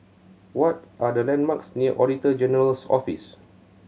what are the landmarks near Auditor General's Office